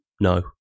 No